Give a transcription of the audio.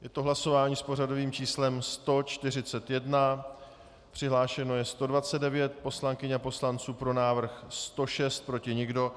Je to hlasování s pořadovým číslem 141, přihlášeno je 129 poslankyň a poslanců, pro návrh 106, proti nikdo.